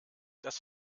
das